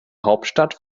hauptstadt